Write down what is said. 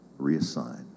Reassign